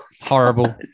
horrible